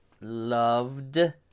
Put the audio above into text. loved